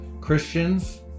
christians